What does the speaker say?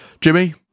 Jimmy